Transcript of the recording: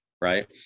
right